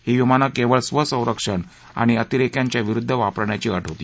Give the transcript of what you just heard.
ही विमानं केवळ स्व संरक्षण आणि अतिरेक्यांच्या विरुद्द वापरण्याची अट होती